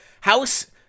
House